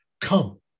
Come